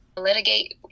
litigate